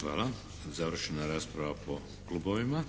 Hvala. Završna rasprava po klubovima.